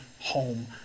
home